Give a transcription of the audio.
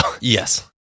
yes